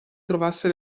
trovasse